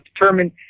determined